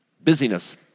Busyness